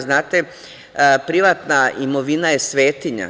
Znate, privatna imovina je svetinja.